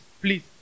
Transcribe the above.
Please